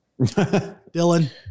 Dylan